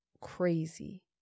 crazy